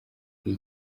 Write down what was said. iyi